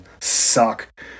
suck